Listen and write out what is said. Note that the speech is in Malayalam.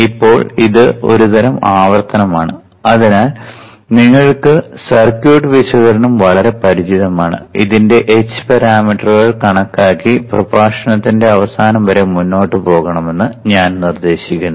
ഇപ്പോൾ ഇത് ഒരുതരം ആവർത്തനമാണ് അതിനാൽ നിങ്ങൾക്ക് സർക്യൂട്ട് വിശകലനം വളരെ പരിചിതമാണ് ഇതിന്റെ h പാരാമീറ്ററുകൾ കണക്കാക്കി പ്രഭാഷണത്തിന്റെ അവസാനം വരെ മുന്നോട്ട് പോകണമെന്ന് ഞാൻ നിർദ്ദേശിക്കുന്നു